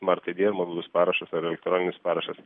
smart id ar mobilus parašas ar elektroninis parašas